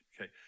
Okay